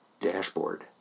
dashboard